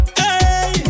hey